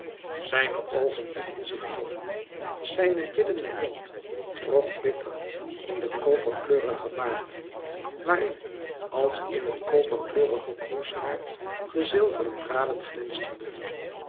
zijne oogen hieven zich dof zijne biddende mond trok bitter in den koperkleurigen baard waar in als in het koperkleurige kroeshaar de zilveren draden glinsterden